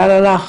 לאן הלכת?